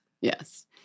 Yes